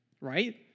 right